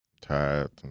tired